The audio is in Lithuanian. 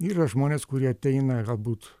yra žmonės kurie ateina galbūt